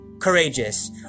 courageous